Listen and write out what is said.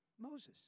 Moses